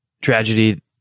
tragedy